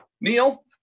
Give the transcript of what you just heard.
neil